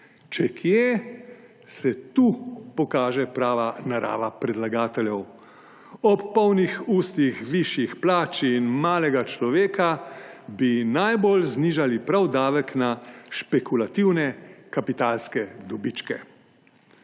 Če kje, se tu pokaže prava narava predlagateljev. Ob polnih ustih višjih plač in malega človeka bi najbolj znižali prav davek na špekulativne kapitalske dobičke.